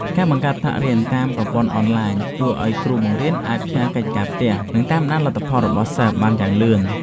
ការបង្កើតថ្នាក់រៀនតាមរយៈប្រព័ន្ធអនឡាញជួយឱ្យគ្រូបង្រៀនអាចផ្ញើកិច្ចការផ្ទះនិងតាមដានលទ្ធផលរបស់សិស្សបានយ៉ាងលឿន។